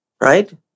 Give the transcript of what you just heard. right